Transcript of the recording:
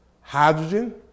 hydrogen